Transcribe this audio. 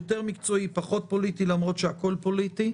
פחות פוליטי, למרות שהכול פוליטי.